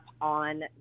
on